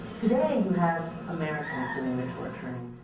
today, you have americans and and torturing.